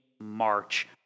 march